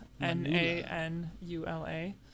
N-A-N-U-L-A